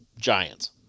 giants